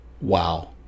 Wow